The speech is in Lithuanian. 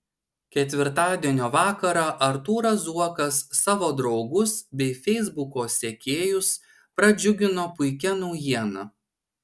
ketvirtadienio vakarą artūras zuokas savo draugus bei feisbuko sekėjus pradžiugino puikia naujiena